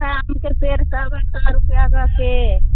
सस्ता है आमके पेड़ कहबै सत्तर रुपिआके से